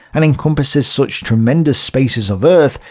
and encompasses such tremendous spaces of earth,